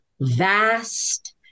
vast